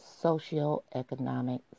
socioeconomic